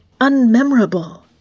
Unmemorable